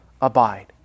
abide